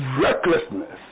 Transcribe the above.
recklessness